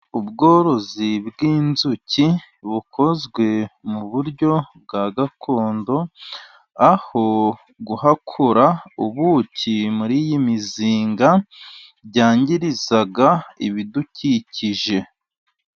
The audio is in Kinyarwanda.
Ubworozi bwinzuki bukozwe mu buryo bwa gakondo, aho guhakura ubuki muri iyi mizinga byangiriza ibidukikije.